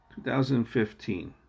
2015